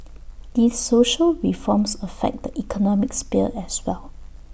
these social reforms affect the economic sphere as well